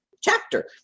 chapter